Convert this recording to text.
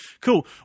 Cool